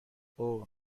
اوه